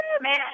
Man